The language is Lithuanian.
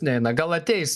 neina gal ateis